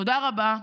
תודה רבה.